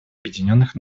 объединенных